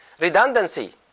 Redundancy